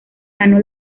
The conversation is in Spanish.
ganó